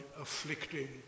afflicting